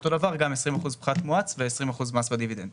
ואותו דבר גם 20 אחוז פחת מואץ ו-20 אחוז מס בדיבידנדים.